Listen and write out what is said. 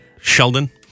Sheldon